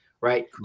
right